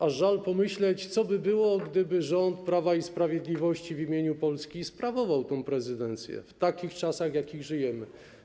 Aż żal pomyśleć, co by było, gdyby rząd Prawa i Sprawiedliwości w imieniu Polski sprawował tę prezydencję w takich czasach, w jakich żyjemy.